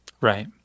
Right